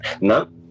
No